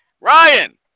Ryan